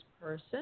person